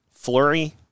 Flurry